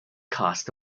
cast